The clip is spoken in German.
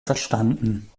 verstanden